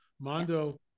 Mondo